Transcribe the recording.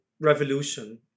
revolution